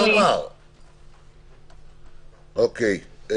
אבל כנראה שלא תהיה לנו ברירה בחוקים שהם חירום.